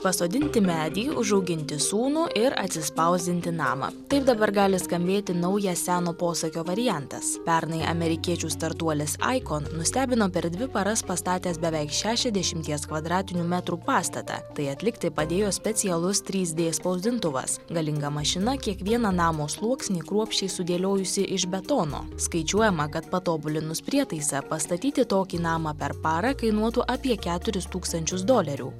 pasodinti medį užauginti sūnų ir atsispausdinti namą taip dabar gali skambėti naujas seno posakio variantas pernai amerikiečių startuolis icon nustebino per dvi paras pastatęs beveik šešiasdešimties kvadratinių metrų pastatą tai atlikti padėjo specialus trys d spausdintuvas galinga mašina kiekvieną namo sluoksnį kruopščiai sudėliojusi iš betono skaičiuojama kad patobulinus prietaisą pastatyti tokį namą per parą kainuotų apie keturis tūkstančius dolerių